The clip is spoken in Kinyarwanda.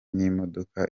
n’imodoka